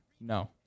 No